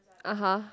(uh huh)